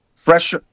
Fresh